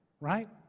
right